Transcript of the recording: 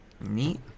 Neat